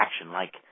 action-like